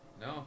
No